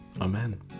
Amen